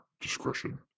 discretion